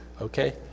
Okay